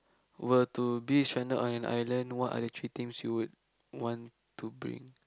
were to be stranded on an island what are the three things you would want to bring